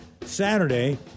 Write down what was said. Saturday